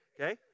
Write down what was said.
Okay